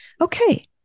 Okay